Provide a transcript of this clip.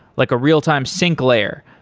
like a real time sync later,